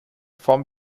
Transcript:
form